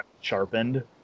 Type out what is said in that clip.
sharpened